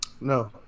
No